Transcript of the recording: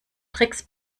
tricks